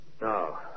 Now